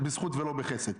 בזכות ולא בחסד.